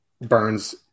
burns